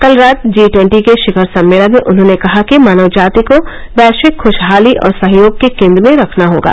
कल रात G twenty के शिखर सम्मेलन में उन्होंने कहा कि मानव जाति को वैश्विक खुशहाली और सहयोग के केन्द्र में रखना होगा